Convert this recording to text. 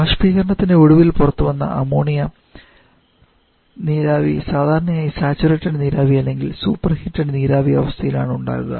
ബാഷ്പീകരണത്തിൻറെ ഒടുവിൽ പുറത്തുവരുന്ന അമോണിയ നീരാവി സാധാരണയായി സാച്ചുറേറ്റഡ് നീരാവി അല്ലെങ്കിൽ സൂപ്പർഹിറ്റ്ഡ് നീരാവി അവസ്ഥയിലാണ് ഉണ്ടാവുക